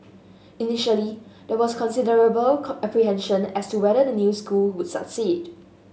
initially there was considerable apprehension as to whether the new school would succeed